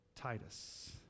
Titus